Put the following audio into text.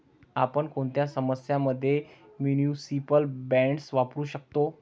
आपण कोणत्या समस्यां मध्ये म्युनिसिपल बॉण्ड्स वापरू शकतो?